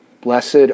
Blessed